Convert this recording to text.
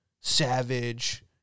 Savage